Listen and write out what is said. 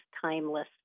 timeless